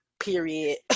period